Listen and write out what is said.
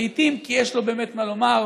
לעיתים כי יש לו באמת מה לומר,